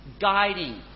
guiding